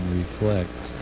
reflect